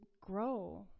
grow